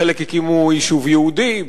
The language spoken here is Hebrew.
בחלק הקימו יישוב יהודי,